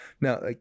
now